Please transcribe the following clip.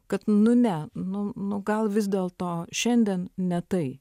kad nu ne nu nu gal vis dėlto šiandien ne tai